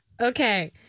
Okay